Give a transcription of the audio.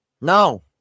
No